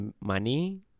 money